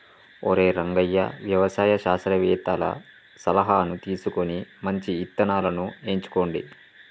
ఒరై రంగయ్య వ్యవసాయ శాస్త్రవేతల సలహాను తీసుకొని మంచి ఇత్తనాలను ఎంచుకోండి